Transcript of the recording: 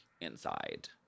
inside